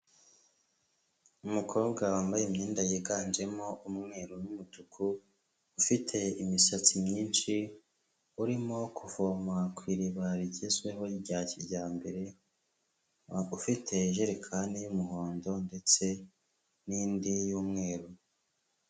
Umukobwa wambaye imyenda yiganjemo umweru n'umutuku, ufite imisatsi myinshi, urimo kuvoma ku iriba rigezweho rya kijyambere, ufite jerekani y'umuhondo ndetse n'indi y'umweru.